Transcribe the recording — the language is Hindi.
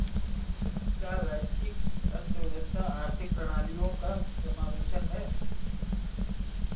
क्या वैश्विक अर्थव्यवस्था आर्थिक प्रणालियों का समावेशन है?